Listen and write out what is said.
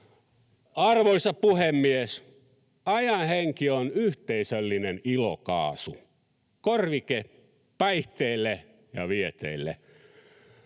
Arvoisa puhemies! Ajan henki on yhteisöllinen ilokaasu, korvike päihteille ja vieteille.